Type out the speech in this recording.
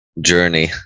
journey